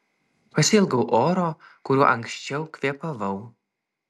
pasiilgau oro kuriuo anksčiau kvėpavau